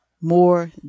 more